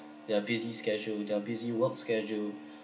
their busy schedule with their busy work schedule